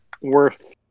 worth